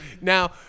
Now